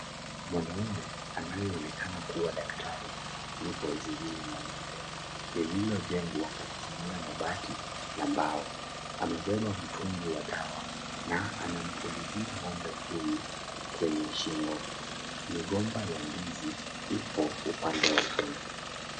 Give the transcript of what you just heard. Mwanamume anayeonekana kuwa dakatari yuko zizini mwa ng'ombe lililojengwa kwa kutumia mabati na mbao. Amebeba mtungi wa dawa na anampulizia n'ombe huyu kwenye shingo. Migomba ya ndizi ipo upande wa kando.